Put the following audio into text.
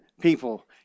people